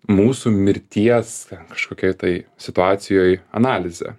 mūsų mirties kažkokioj tai situacijoj analizė